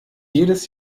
jedes